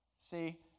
See